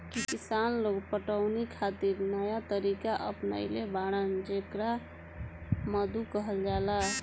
किसान लोग पटवनी खातिर नया तरीका अपनइले बाड़न जेकरा मद्दु कहल जाला